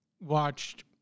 ...watched